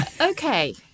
okay